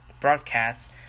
broadcast